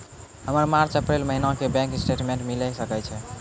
हमर मार्च अप्रैल महीना के बैंक स्टेटमेंट मिले सकय छै?